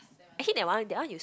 actually that one that one you